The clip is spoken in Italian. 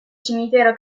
cimitero